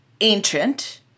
ancient